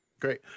great